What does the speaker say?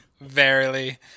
Verily